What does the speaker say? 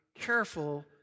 careful